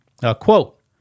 Quote